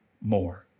more